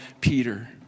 Peter